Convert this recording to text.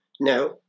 Now